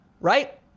right